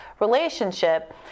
relationship